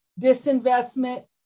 disinvestment